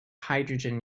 hydrogen